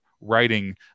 writing